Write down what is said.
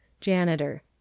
Janitor